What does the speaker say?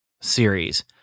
series